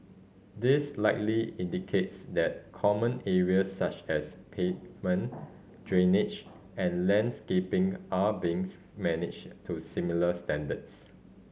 this likely indicates that common areas such as pavement drainage and landscaping are being managed to similar standards